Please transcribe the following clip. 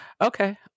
Okay